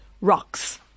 rocks